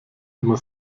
immer